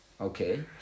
okay